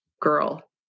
girl